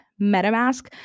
MetaMask